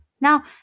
Now